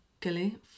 Gilly